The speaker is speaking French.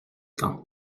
temps